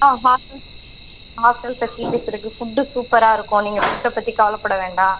ஆமாம் hostel hostel facilities இருக்குது food சூப்பராக இருக்கும் நீங்கள் ஃபுட்டை பற்றி கவலைப்படவேண்டாம்